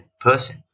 person